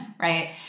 right